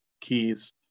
keys